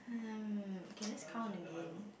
um okay let's count again